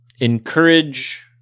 encourage